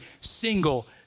single